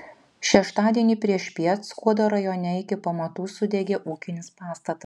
šeštadienį priešpiet skuodo rajone iki pamatų sudegė ūkinis pastatas